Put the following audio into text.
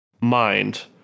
mind